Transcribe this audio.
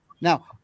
Now